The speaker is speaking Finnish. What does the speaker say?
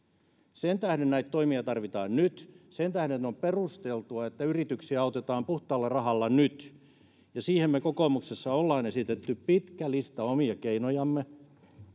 sen tähden näitä toimia tarvitaan nyt sen tähden on perusteltua että yrityksiä autetaan puhtaalla rahalla nyt ja siihen me kokoomuksessa olemme esittäneet pitkän listan omia keinojamme